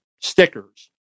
stickers